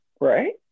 right